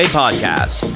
podcast